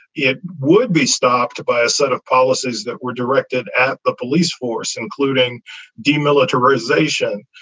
it would be stopped by a set of policies that were directed at the police force, including demilitarisation,